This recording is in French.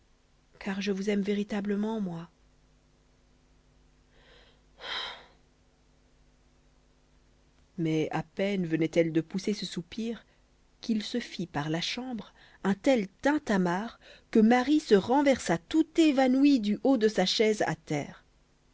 car je vous aime véritablement moi ah mais à peine venait-elle de pousser ce soupir qu'il se fit par la chambre un tel tintamarre que marie se renversa tout évanouie du haut de sa chaise à terre